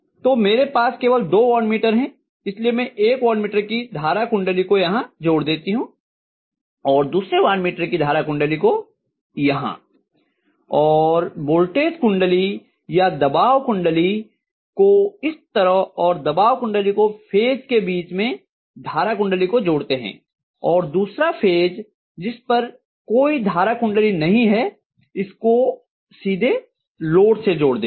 तो मेरे पास केवल 2 वाटमीटर हैं इसलिये मैं एक वाटमीटर की धारा कुंडली को यहाँ जोड़ देती हूँ और दूसरे वाटमीटर की धारा कुंडली को यहाँ और वोल्टेज कुंडली या दबाव कुंडली को इस तरह और दबाव कुंडली को फेज के बीच में धारा कुंडली को जोड़ते हैं और दूसरा फेज जिस पर कोई धारा कुंडली नहीं है इसको सीधे लोड से जोड़ देते हैं